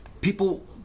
People